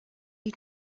you